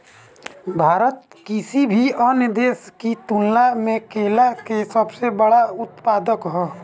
भारत किसी भी अन्य देश की तुलना में केला के सबसे बड़ा उत्पादक ह